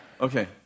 Okay